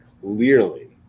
clearly